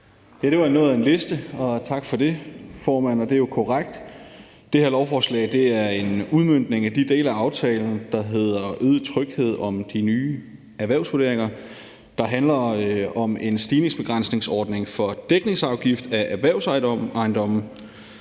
Det var noget af en liste, og tak for det, formand. Det er jo korrekt, at det her lovforslag er en udmøntning af de dele af aftalen, der hedder »Aftale om øget tryghed om de nye erhvervsvurderinger«, der handler om en stigningsbegrænsningsordning for dækningsafgift af erhvervsejendomme.